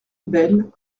bayle